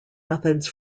methods